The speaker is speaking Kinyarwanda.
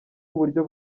uburyo